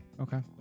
Okay